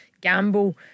Gamble